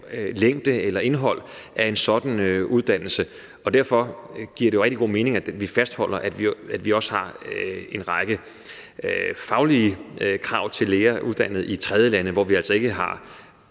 længde eller hvilket indhold en sådan uddannelse skal have. Derfor giver det rigtig god mening, at vi fastholder, at vi også har en række faglige krav til læger, der er uddannet i tredjelande, hvor vi altså ikke har